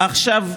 עכשיו,